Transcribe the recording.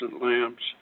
lamps